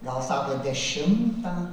gal sako dešimtą